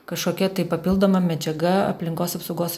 kažkokia tai papildoma medžiaga aplinkos apsaugos